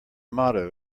motto